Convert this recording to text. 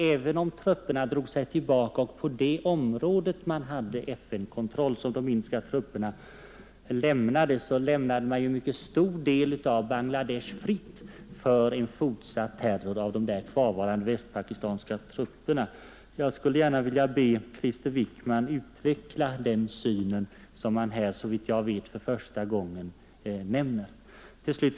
Även om de indiska trupperna drog sig tillbaka i det område där man hade FN-kontroll så skulle en stor del av Bangla Desh lämnas fritt för en fortsatt terror av de där kvarvarande västpakistanska trupperna. Jag skulle vilja be Krister Wickman att uttala sin syn på den här saken, vilken han såvitt jag förstår här har nämnt för första gången.